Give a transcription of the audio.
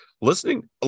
listening